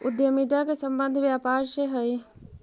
उद्यमिता के संबंध व्यापार से हई